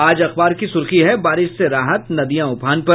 आज अखबार की सुर्खी है बारिश से राहत नदियां उफान पर